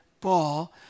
ball